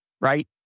right